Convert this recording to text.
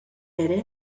ere